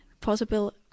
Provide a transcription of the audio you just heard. possible